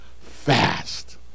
fast